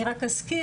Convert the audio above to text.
אני רק אזכיר,